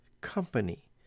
company